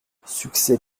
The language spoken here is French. succès